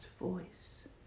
voice